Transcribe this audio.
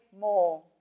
more